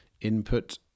input